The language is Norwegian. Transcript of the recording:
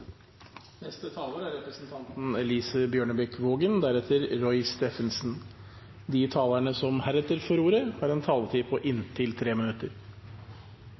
De talere som heretter får ordet, har en taletid på inntil 3 minutter.